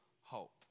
hope